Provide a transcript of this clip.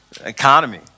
Economy